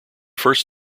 first